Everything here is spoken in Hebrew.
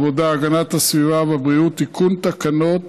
העבודה, הגנת הסביבה והבריאות, תיקון תקנות